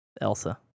elsa